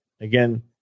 again